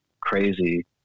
crazy